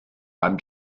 beim